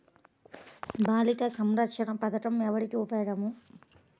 బాలిక సంరక్షణ పథకం ఎవరికి ఉపయోగము?